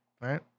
right